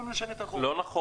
בואו נשנה את החוק.